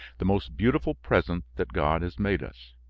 the most beautiful present that god has made us.